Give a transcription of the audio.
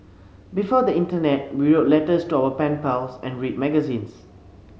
before the internet we wrote letters to our pen pals and read magazines